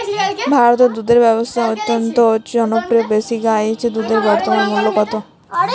ভারতে দুধের ব্যাবসা অত্যন্ত জনপ্রিয় দেশি গাই দুধের বর্তমান মূল্য কত?